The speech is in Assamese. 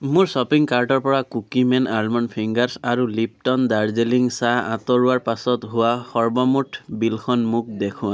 মোৰ শ্ব'পিং কাৰ্টৰ পৰা কুকিমেন আলমণ্ড ফিংগাৰছ আৰু লিপট'ন দাৰ্জিলিং চাহ আঁতৰোৱাৰ পাছত হোৱা সৰ্বমুঠ বিলখন মোক দেখুওৱা